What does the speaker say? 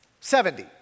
Seventy